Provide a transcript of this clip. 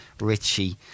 Richie